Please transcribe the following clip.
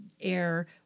air